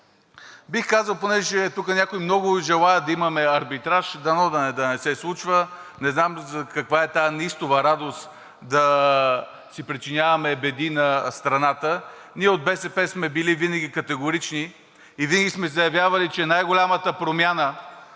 Бих казал, и понеже тук някой много желае да имаме арбитраж, дано да не се случва, не знам каква е тази неистова радост да си причиняваме беди на страната, ние от БСП сме били винаги категорични и винаги сме заявявали, че най-голямата промяна